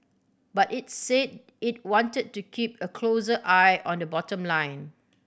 but it's said it wanted to keep a closer eye on the bottom line